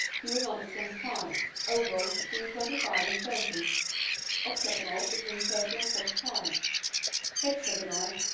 he was under twenty five oval, between twenty five and thirty octagonal, between thirty and forty five hexagonal,